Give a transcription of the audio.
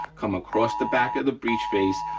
come across the back of the breechface,